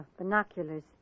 binoculars